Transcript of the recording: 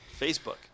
Facebook